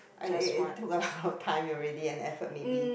and it it took a lot of time already and effort maybe